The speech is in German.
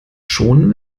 schonen